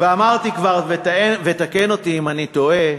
ואמרתי כבר, ותקן אותי אם אני טועה,